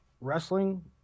wrestling